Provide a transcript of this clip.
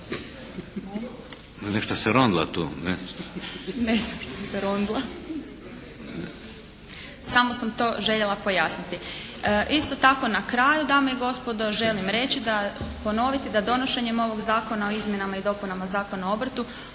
Tajana** Ne znam što se rondla. Samo sam to željela pojasniti. Isto tako na kraju dame i gospodo želim reći da, ponoviti da donošenjem ovog Zakona o izmjenama i dopunama Zakona o obrtu